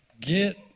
get